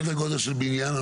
סדר גודל של בניין?